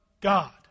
God